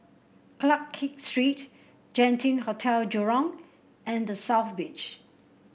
Clarke Street Genting Hotel Jurong and The South Beach